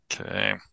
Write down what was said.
Okay